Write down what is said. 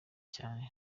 cyane